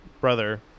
brother